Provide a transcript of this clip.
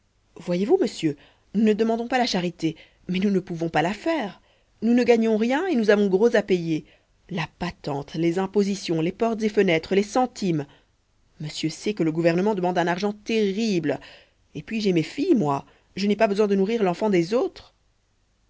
voyez-vous monsieur nous ne demandons pas la charité mais nous ne pouvons pas la faire nous ne gagnons rien et nous avons gros à payer la patente les impositions les portes et fenêtres les centimes monsieur sait que le gouvernement demande un argent terrible et puis j'ai mes filles moi je n'ai pas besoin de nourrir l'enfant des autres